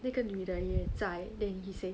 那个女的也在 then he say